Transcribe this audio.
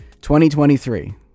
2023